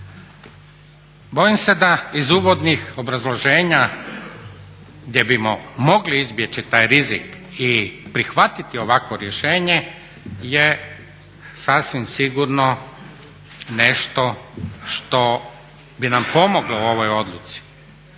Bojim se da iz uvodnih obrazloženja gdje bismo mogli izbjeći taj rizik i prihvatiti ovakvo rješenje je sasvim sigurno nešto što bi nam pomoglo u ovoj odluci.